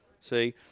See